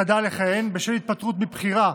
חדל לכהן בשל התפטרות מבחירה,